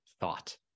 thought